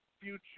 future